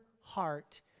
heart